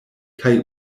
kaj